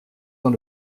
dans